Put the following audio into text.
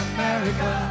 America